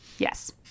Yes